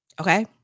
Okay